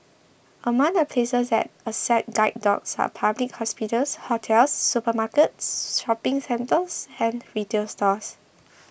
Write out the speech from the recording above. among the places that accept guide dogs are public hospitals hotels supermarkets shopping centres and retail stores